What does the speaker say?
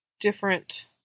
different